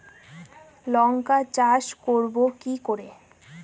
লঙ্কা চাষ করব কি করে?